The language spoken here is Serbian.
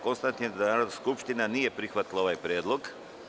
Konstatujem da Narodna skupština nije prihvatila ovaj predlog.